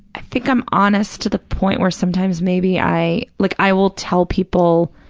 i think i'm honest to the point where sometimes maybe i, like i will tell people,